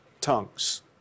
tongues